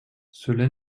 cela